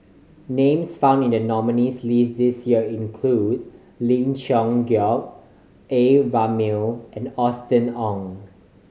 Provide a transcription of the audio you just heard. names found in the nominees' list this year include Ling Geok Choon A Ramli and Austen Ong